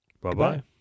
Bye-bye